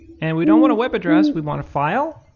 and we don't want a web address, we want a file.